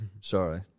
Sorry